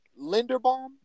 Linderbaum